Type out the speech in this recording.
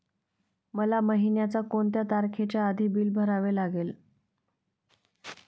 मला महिन्याचा कोणत्या तारखेच्या आधी बिल भरावे लागेल?